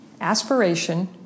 Aspiration